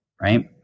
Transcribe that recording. right